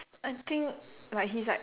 I think like he's like